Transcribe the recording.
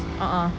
a'ah